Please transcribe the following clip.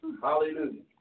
Hallelujah